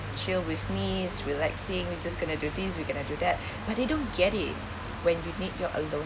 chill with me it's relaxing we just going to do this we going to do that but they don't get it when you need your alone